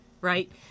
right